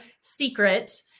secret